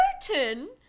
certain